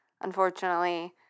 unfortunately